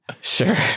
sure